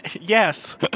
Yes